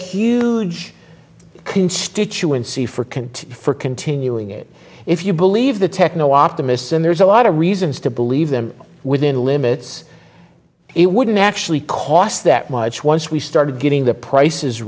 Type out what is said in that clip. huge constituency for contempt for continuing it if you believe the techno optimists and there's a lot of reasons to believe them within limits it wouldn't actually cost that much once we started getting the price